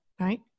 right